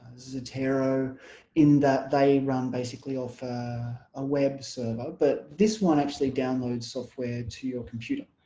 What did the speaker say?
zotero in that they run basically off a web server but this one actually downloads software to your computer